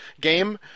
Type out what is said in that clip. game